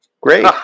Great